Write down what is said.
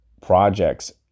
projects